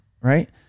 Right